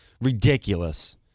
ridiculous